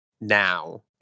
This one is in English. now